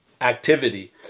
activity